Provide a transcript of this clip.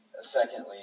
secondly